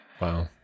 Wow